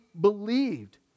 believed